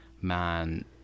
man